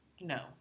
No